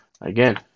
again